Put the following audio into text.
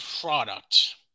product